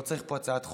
לא צריך פה הצעת חוק.